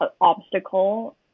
obstacle